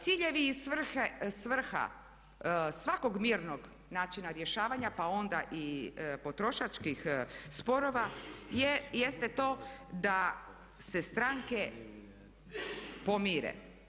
Ciljevi i svrha svakog mirnog načina rješavanja, pa onda i potrošačkih sporova jeste to da se stranke pomire.